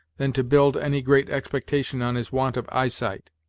than to build any great expectations on his want of eye-sight.